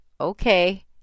okay